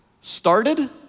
started